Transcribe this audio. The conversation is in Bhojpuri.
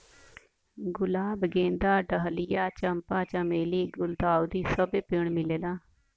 गुलाब गेंदा डहलिया चंपा चमेली गुल्दाउदी सबे पेड़ मिलेला